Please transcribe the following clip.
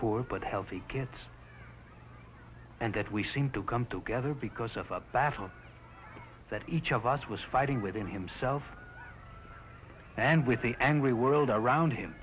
poor but healthy kids and that we seemed to come together because of a battle that each of us was fighting within himself and with the angry world around him